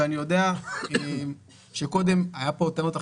ואני יודע שקודם היו פה טענות אחרות,